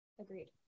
Agreed